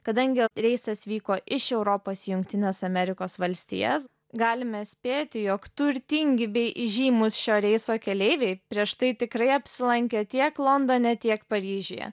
kadangi reisas vyko iš europos į jungtines amerikos valstijas galime spėti jog turtingi bei įžymūs šio reiso keleiviai prieš tai tikrai apsilankė tiek londone tiek paryžiuje